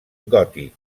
gòtic